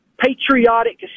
patriotic